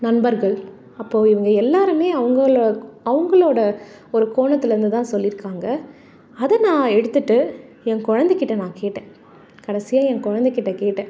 நண்பர்கள் அப்போது இவங்க எல்லோருமே அவங்களோ அவங்களோட ஒரு கோணத்திலேர்ந்து தான் சொல்லியிருக்காங்க அதை நான் எடுத்துகிட்டு என் குழந்தைக்கிட்ட நான் கேட்டேன் கடைசியாக என் குழந்தைக்கிட்ட கேட்டேன்